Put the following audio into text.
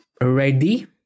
ready